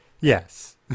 Yes